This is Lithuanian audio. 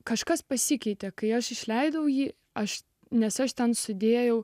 kažkas pasikeitė kai aš išleidau jį aš nes aš ten sudėjau